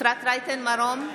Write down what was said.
אפרת רייטן מרום,